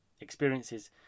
experiences